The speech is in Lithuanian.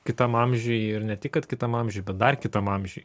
kitam amžiui ir ne tik kad kitam amžiuj bet dar kitam amžiuj